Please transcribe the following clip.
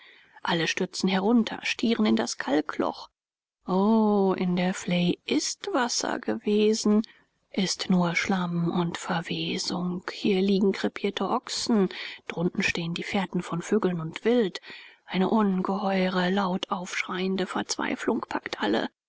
alle stürzen herunter stieren in das kalkloch o in der vley ist wasser gewesen ist nur schlamm und verwesung hier liegen krepierte ochsen drunten stehen die fährten von vögeln und wild eine ungeheuere laut aufschreiende verzweiflung packt alle